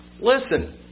listen